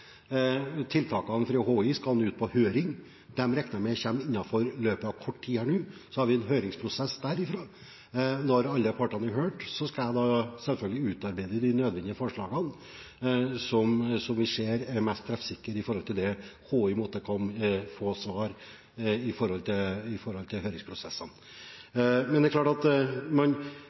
Tiltakene fra Havforskningsinstituttet skal nå ut på høring. Dem regner jeg med kommer i løpet av kort tid. Så har vi en høringsprosess derfra. Når alle partene er hørt, skal jeg selvfølgelig utarbeide de nødvendige forslagene som vi ser er mest treffsikre med tanke på hva Havforskningsinstituttet måtte få til svar i høringsprosessene. Hvis man